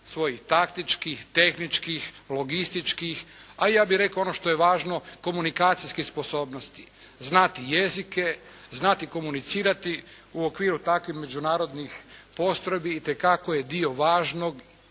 svojih taktičkih, tehničkih, logističkih, a ja bih rekao ono što je važno komunikacijskih sposobnosti. Znati jezike, znati komunicirati u okviru takvih međunarodnih postrojbi itekako je dio važnog